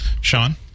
Sean